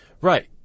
Right